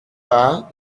pas